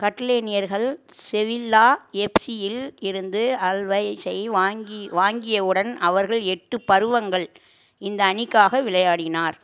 கட்லேனியர்கள் Sevilla எஃப்சியில் இருந்து அல்வைசை வாங்கி வாங்கியவுடன் அவர்கள் எட்டு பருவங்கள் இந்த அணிக்காக விளையாடினார்